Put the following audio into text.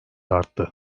arttı